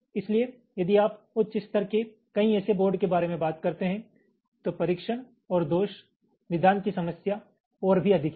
इसलिए यदि आप उच्च स्तर के कई ऐसे बोर्ड के बारे में बात करते हैं तो परीक्षण और दोष निदान की समस्या और भी अधिक है